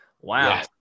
wow